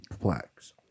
Plaques